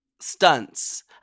Stunts